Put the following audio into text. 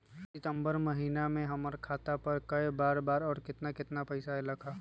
सितम्बर महीना में हमर खाता पर कय बार बार और केतना केतना पैसा अयलक ह?